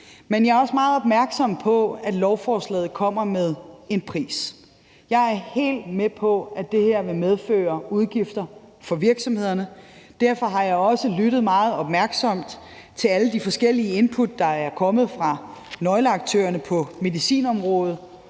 men jeg er også meget opmærksom på, at lovforslaget kommer med en pris. Jeg er helt med på, at det her vil medføre udgifter for virksomhederne, og derfor har jeg også lyttet meget opmærksomt til alle de forskellige input, der er kommet fra nøgleaktørerne på medicinområdet